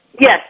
Yes